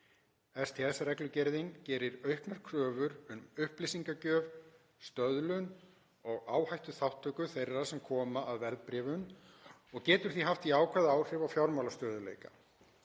STS-reglugerðin gerir auknar kröfur um upplýsingagjöf, stöðlun og áhættuþátttöku þeirra sem koma að verðbréfun og getur því haft jákvæð áhrif á fjármálastöðugleika.